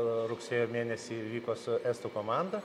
rugsėjo mėnesį vyko su estų komanda